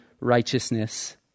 Righteousness